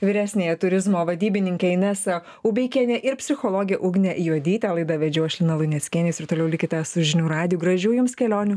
vyresniąją turizmo vadybininkę inesą ubeikienę ir psichologę ugnę juodytę laidą vedžiau aš lina luneckienė jūs ir toliau likite su žinių radiju gražių jums kelionių